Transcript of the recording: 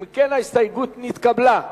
אם כן, ההסתייגות נתקבלה.